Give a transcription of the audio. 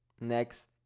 Next